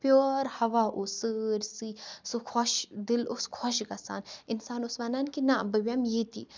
pure ہوا اوس سٲرسٕے سُہ خۄش دل اوس خۄش گژھان انسان اوس ونن کہ نا بہٕ بیٚہمہٕ ییٚتی